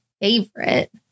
favorite